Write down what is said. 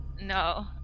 No